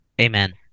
Amen